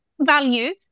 value